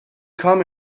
come